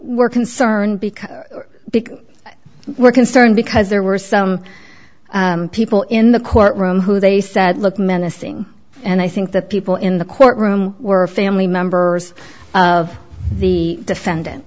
we're concerned because we're concerned because there were some people in the courtroom who they said look menacing and i think that people in the courtroom were family members of the defendant